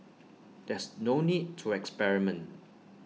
there's no need to experiment